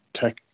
tech